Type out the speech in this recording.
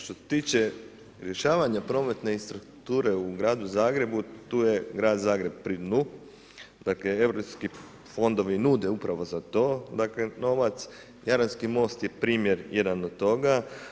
Što se tiče rješavanje prometne infrastrukture u gradu Zagrebu, tu eje grad Zagreb pri dnu, dakle europski fondovi nude upravo za to, dakle novac, Jadranski most je primjer jedan od toga.